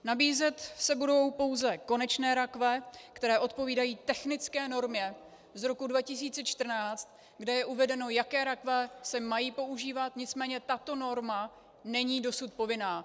Nabízet se budou pouze konečné rakve, které odpovídají technické normě z roku 2014, kde je uvedeno, jaké rakve se mají používat, nicméně tato norma není dosud povinná.